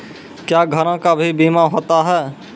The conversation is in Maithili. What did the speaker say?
क्या घरों का भी बीमा होता हैं?